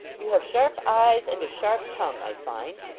you have sharp eyes and a sharp tongue, i find